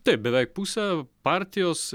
taip beveik pusė partijos